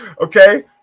Okay